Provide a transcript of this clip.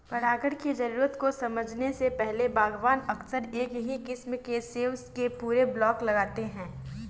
परागण की जरूरतों को समझने से पहले, बागवान अक्सर एक ही किस्म के सेब के पूरे ब्लॉक लगाते थे